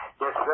Yes